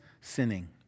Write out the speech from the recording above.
sinning